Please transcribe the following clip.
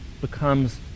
becomes